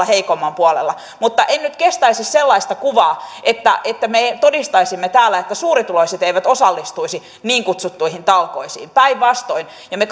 heikomman puolella mutta en nyt kestäisi sellaista kuvaa että että me todistaisimme täällä että suurituloiset eivät osallistuisi niin kutsuttuihin talkoisiin päinvastoin me